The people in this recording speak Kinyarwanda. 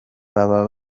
baba